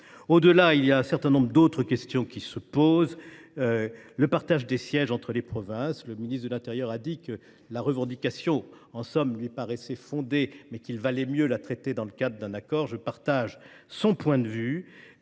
Au delà, un certain nombre d’autres questions se posent. En ce qui concerne le partage des sièges entre les provinces, le ministre de l’intérieur a dit que la revendication lui paraissait fondée, mais qu’il valait mieux la traiter dans le cadre d’un accord. Je partage son point de vue.